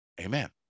amen